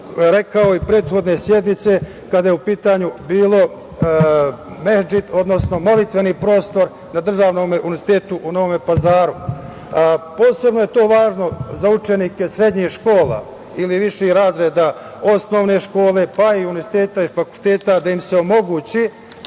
rekao i prethodne sednice, kada je u pitanju bio mehdžit, odnosno molitveni prostor na državnom Univerzitetu u Novom Pazaru. Posebno je to važno za učenike srednjih škola ili viših razreda osnovne škole, pa i univerziteta i fakulteta, da im se omogući